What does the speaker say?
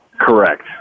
Correct